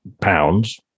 pounds